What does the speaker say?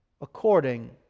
according